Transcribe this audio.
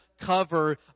cover